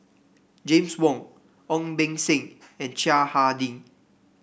James Wong Ong Beng Seng and Chiang Hai Ding